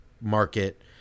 market